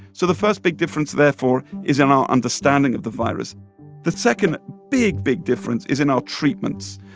so the first big difference, therefore, is in our understanding of the virus the second big, big difference is in our treatments.